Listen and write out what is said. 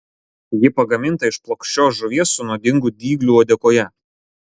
ji pagaminta iš plokščios žuvies su nuodingu dygliu uodegoje